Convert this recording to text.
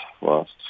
lost